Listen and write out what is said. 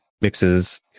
mixes